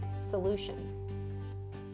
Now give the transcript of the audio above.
solutions